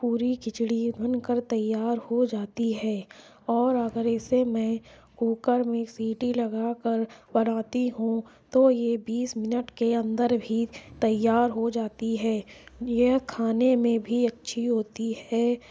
پوری کھچڑی بن کر تیار ہو جاتی ہے اور اگر اسے میں کوکر میں سیٹی لگا کر بناتی ہوں تو یہ بیس منٹ کے اندر بھی تیار ہو جاتی ہے یہ کھانے میں بھی اچھی ہوتی ہے